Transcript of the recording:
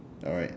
alright